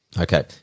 Okay